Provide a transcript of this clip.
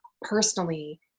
personally